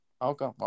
Okay